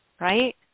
Right